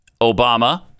Obama